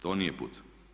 To nije put.